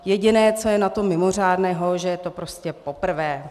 Jediné, co je na tom mimořádného, že je to prostě poprvé.